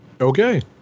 Okay